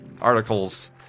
articles